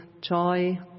joy